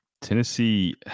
Tennessee